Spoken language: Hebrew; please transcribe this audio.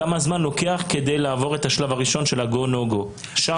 כמה זמן לוקח לעבור את השלב הראשון של ה-go no go במולדובה,